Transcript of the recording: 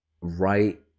right